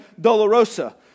Dolorosa